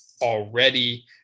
already